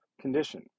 condition